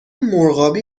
مرغابی